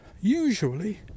usually